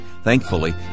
Thankfully